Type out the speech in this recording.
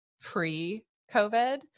pre-COVID